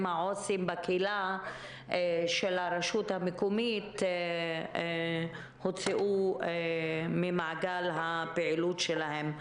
העו"סים בקהילה של הרשות המקומית הוצאו ממעגל הפעילות שלהם.